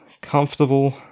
comfortable